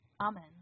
Amen